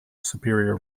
superior